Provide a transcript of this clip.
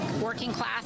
working-class